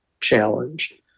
challenge